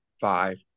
five